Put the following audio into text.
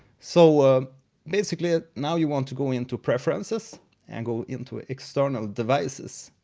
so basically now you want to go in to preferences and go into external devices.